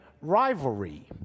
rivalry